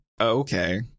okay